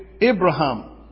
Abraham